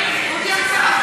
פיננסיים (שירותים פיננסיים מוסדרים) (תיקון מס' 4)